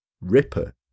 Ripper